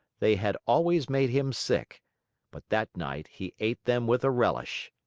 they had always made him sick but that night he ate them with a relish.